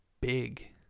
big